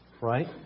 Right